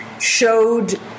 showed